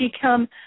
become